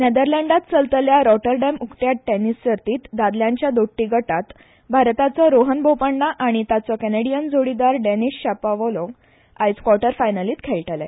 नेदरलँडांत चलतल्या रोटरडॅम उक्ती टॅनीस सर्तींत दादल्यांच्या दोट्री गटांत भारताचो रोहन बोपण्णा आनी ताचो केनेडीयन जोडीदार डेनीश शापोवालोव्ह आयज क्वॉर्टर फायनलींत खेळटले